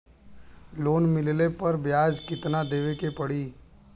Loan मिलले पर ब्याज कितनादेवे के पड़ी?